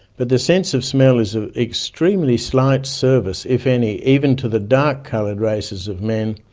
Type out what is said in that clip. but the sense of smell is of extremely slight service, if any, even to the dark coloured races of men,